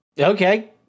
Okay